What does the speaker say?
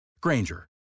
Granger